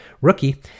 rookie